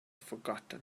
forgotten